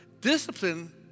discipline